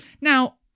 Now